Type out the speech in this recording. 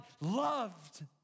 loved